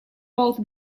both